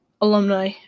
alumni